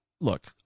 look